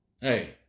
Hey